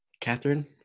Catherine